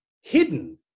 hidden